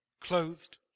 clothed